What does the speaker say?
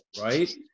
right